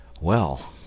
Well